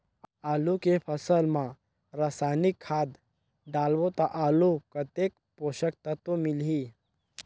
आलू के फसल मा रसायनिक खाद डालबो ता आलू कतेक पोषक तत्व मिलही?